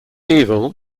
evil